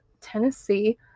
Tennessee